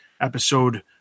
episode